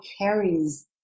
carries